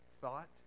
thought